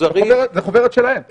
זאת חוברת שלהם.